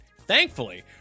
Thankfully